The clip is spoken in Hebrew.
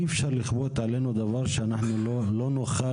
אי אפשר לכפות עלינו דבר שאנחנו לא נוכל,